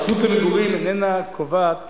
הזכות למגורים איננה קובעת